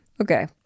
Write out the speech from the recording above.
Okay